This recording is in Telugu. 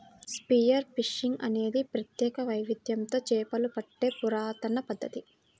స్పియర్ ఫిషింగ్ అనేది ప్రత్యేక వైవిధ్యంతో చేపలు పట్టే పురాతన పద్ధతి